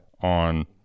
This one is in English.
on